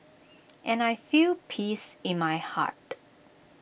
and I feel peace in my heart